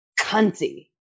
cunty